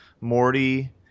Morty